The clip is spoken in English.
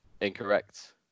Incorrect